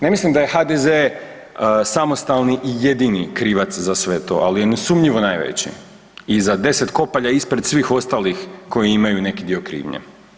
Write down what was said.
Ne mislim da je HDZ samostalni i jedini krivac za sve to, ali je nesumnjivo najveći i za deset kopalja ispred svih ostalih koji imaju neki dio krivnje.